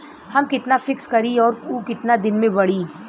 हम कितना फिक्स करी और ऊ कितना दिन में बड़ी?